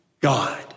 God